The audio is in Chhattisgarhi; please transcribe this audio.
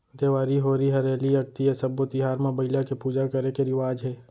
देवारी, होरी हरेली, अक्ती ए सब्बे तिहार म बइला के पूजा करे के रिवाज हे